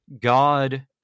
God